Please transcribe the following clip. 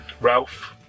Ralph